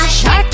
Shark